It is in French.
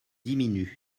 diminuent